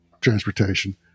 Transportation